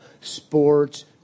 sports